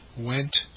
went